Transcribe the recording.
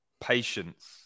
patience